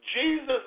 Jesus